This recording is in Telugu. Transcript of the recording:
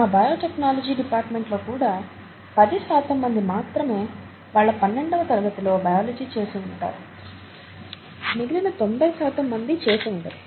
మా బయో టెక్నాలజీ డిపార్ట్మెంట్లో కూడా పది శాతం మంది మాత్రమే వాళ్ళ పన్నెండవ తరగతిలో బయాలజీ చేసి ఉంటారు మిగిలిన తొంభై శాతం మంది చేసి ఉండరు